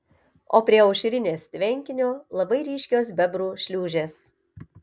o prie aušrinės tvenkinio labai ryškios bebrų šliūžės